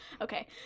Okay